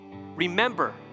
remember